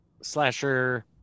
Slasher